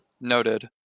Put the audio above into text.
noted